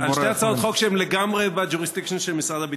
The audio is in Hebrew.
על שתי הצעת חוק שהן לגמרי ב-jurisdiction של משרד הביטחון.